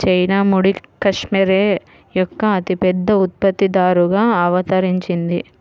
China ముడి cashmere యొక్క అతిపెద్ద ఉత్పత్తిదారుగా అవతరించింది